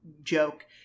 joke